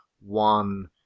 one